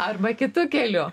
arba kitu keliu